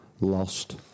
lost